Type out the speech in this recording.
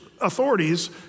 authorities